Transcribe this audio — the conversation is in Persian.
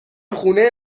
خونه